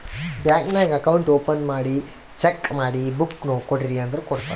bank ನಾಗ್ account open check ಮಾಡಿ book ಕೊಡ್ರಿ ಅಂದುರ್ ಕೊಡ್ತಾರ್